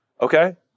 okay